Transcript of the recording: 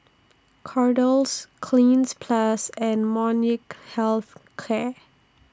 Kordel's Cleanz Plus and Molnylcke Health Care